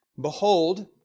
Behold